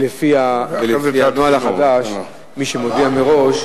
לפי הנוהל החדש מי שמודיע מראש,